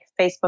Facebook